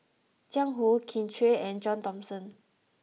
Jiang Hu Kin Chui and John Thomson